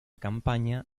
campaña